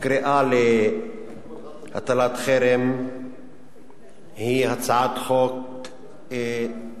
קריאה להטלת חרם היא הצעת חוק שמכינה,